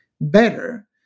better